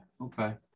Okay